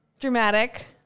dramatic